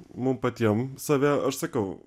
mum patiem save aš sakau